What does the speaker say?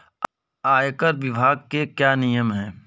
आयकर विभाग के क्या नियम हैं?